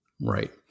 Right